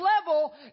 level